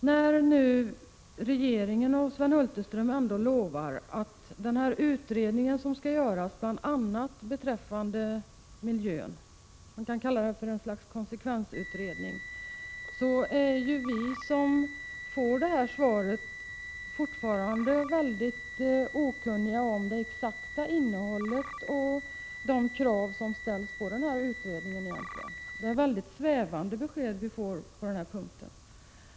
När nu regeringen och Sven Hulterström ändå lovar att denna utredning skall göras bl.a. beträffande miljön — man kan kalla den för konsekvensutredning — är vi som får detta svar fortfarande mycket okunniga om det exakta innehållet och de krav som ställs på utredningen. Det är mycket svävande besked vi får på denna punkt.